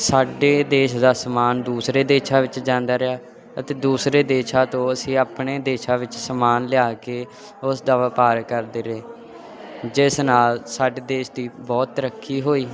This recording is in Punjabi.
ਸਾਡੇ ਦੇਸ਼ ਦਾ ਸਮਾਨ ਦੂਸਰੇ ਦੇਸ਼ਾਂ ਵਿੱਚ ਜਾਂਦਾ ਰਿਹਾ ਅਤੇ ਦੂਸਰੇ ਦੇਸ਼ਾਂ ਤੋਂ ਅਸੀਂ ਆਪਣੇ ਦੇਸ਼ਾਂ ਵਿੱਚ ਸਮਾਨ ਲਿਆ ਕੇ ਉਸ ਦਾ ਵਪਾਰ ਕਰਦੇ ਰਹੇ ਜਿਸ ਨਾਲ ਸਾਡੇ ਦੇਸ਼ ਦੀ ਬਹੁਤ ਤਰੱਕੀ ਹੋਈ